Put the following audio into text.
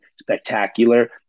spectacular